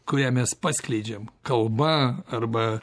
kurią mes paskleidžiame kalba arba